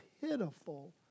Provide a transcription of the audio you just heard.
pitiful